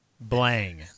blang